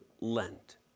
Lent